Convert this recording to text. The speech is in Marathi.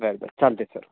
बरं बरं चालते सर